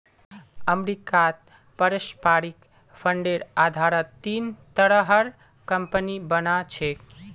अमरीकात पारस्परिक फंडेर आधारत तीन तरहर कम्पनि बना छेक